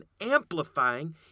amplifying